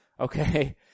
Okay